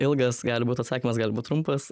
ilgas gali būt atsakymas gali būti trumpas